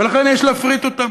ולכן יש להפריט אותם.